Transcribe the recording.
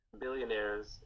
billionaires